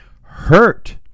hurt